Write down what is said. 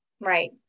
Right